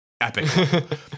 Epic